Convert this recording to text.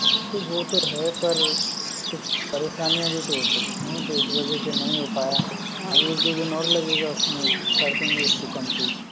हाँ तो वो तो है पर कुछ परेशानियाँ भी तो हो सकती हैं तो इस वजह से नहीं हो पाया अभी एक दो दिन और लगेगा उसमें कर देंगे उसको कम्पलीट